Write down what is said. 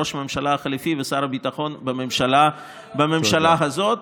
ראש הממשלה החליפי ושר הביטחון בממשלה הזאת.